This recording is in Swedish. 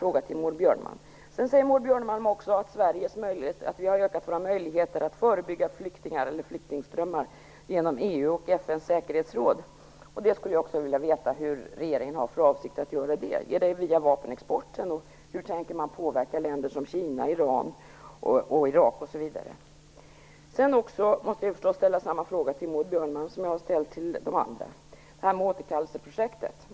Maud Björnemalm säger också att Sverige har ökat våra möjligheter att förebygga flyktingströmmar genom EU och FN:s säkerhetsråd. Hur har regeringen för avsikt att åstadkomma det? Är det via vapenexporten? Hur tänker man påverka länder som exempelvis Kina, Iran och Irak? Jag måste ställa samma fråga till Maud Björnemalm som jag ställt till andra. Det gäller återkallelseprojektet.